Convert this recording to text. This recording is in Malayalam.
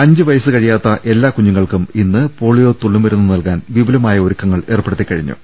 അഞ്ചു വയസ്സ് കഴിയാത്ത എല്ലാ കുഞ്ഞുങ്ങൾക്കും ഇന്ന് പോളിയോ തുള്ളിമരുന്ന് നൽകാൻ വിപുലമായ ഒരുക്കങ്ങൾ ഏർപ്പെടുത്തിക്കഴിഞ്ഞു